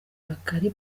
bakary